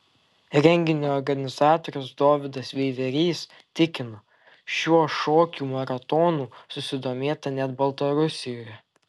renginio organizatorius dovydas veiverys tikino šiuo šokių maratonų susidomėta net baltarusijoje